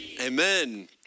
Amen